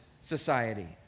society